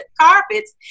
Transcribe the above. carpets